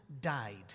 died